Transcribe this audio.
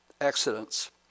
accidents